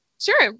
Sure